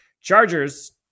Chargers